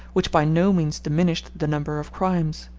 which by no means diminished the number of crimes.